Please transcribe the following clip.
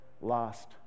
lost